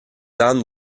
dame